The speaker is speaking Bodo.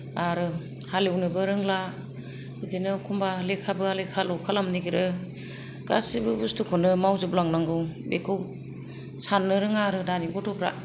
आरो हालेवनोबो रोंला बिदिनो एखम्बा लेखाबा लेखाल' खालामनो नागिरो गासैबो बुस्थु खौनो मावजोबलांनांगौ बेखौ साननो रोङा आरो दानि गथ'फ्रा